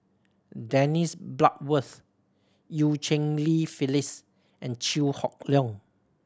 Dennis Bloodworth Eu Cheng Li Phyllis and Chew Hock Leong